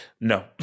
No